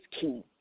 key